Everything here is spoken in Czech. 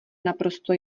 naprosto